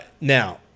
Now